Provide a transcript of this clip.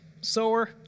Sower